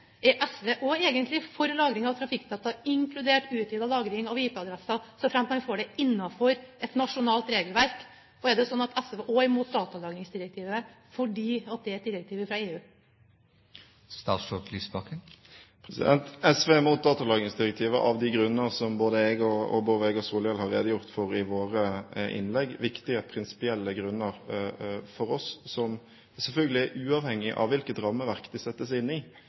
for SV. Er SV også egentlig for lagring av trafikkdata, inkludert utvidet lagring av IP-adresser, såfremt man får det innenfor et nasjonalt regelverk? Og er det sånn at SV også er imot datalagringsdirektivet fordi det er et direktiv fra EU? SV er imot datalagringsdirektivet av de grunner som både jeg og Bård Vegar Solhjell har redegjort for i våre innlegg, viktige prinsipielle grunner for oss, selvfølgelig uavhengig av hvilket rammeverk det settes inn i.